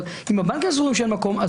אבל אם הבנקים סבורים שאין מקום אז